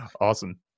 Awesome